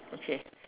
okay